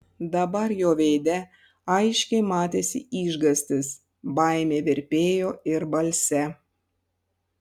dabar jo veide aiškiai matėsi išgąstis baimė virpėjo ir balse